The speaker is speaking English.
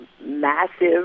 massive